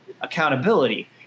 accountability